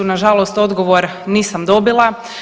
Na žalost odgovor nisam dobila.